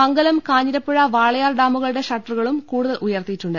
മംഗലം കാഞ്ഞിരപ്പുഴ വാളയാർ ഡാമുകളുടെ ഷട്ടറുകളുംകൂടുതൽ ഉയർത്തിയിട്ടുണ്ട്